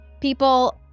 people